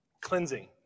Cleansing